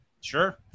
Sure